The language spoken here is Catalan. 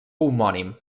homònim